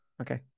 Okay